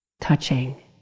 touching